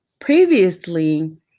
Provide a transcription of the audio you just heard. previously